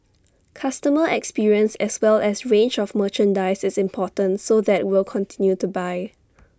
customer experience as well as range of merchandise is important so that will continue to buy